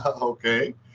Okay